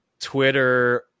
Twitter